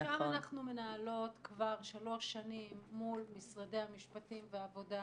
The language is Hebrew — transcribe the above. ושם אנחנו מנהלות כבר שלוש שנים מול משרדי המשפטים והעבודה